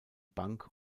bank